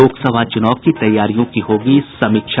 लोकसभा चुनाव की तैयारियों की होगी समीक्षा